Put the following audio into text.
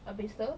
habis itu